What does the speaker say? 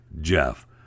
Jeff